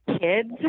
kids